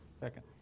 Second